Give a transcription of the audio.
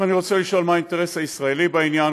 אם אני רוצה לשאול מה האינטרס הישראלי בעניין,